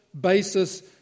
basis